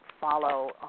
follow